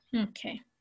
Okay